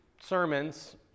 sermons